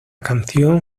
canción